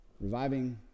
reviving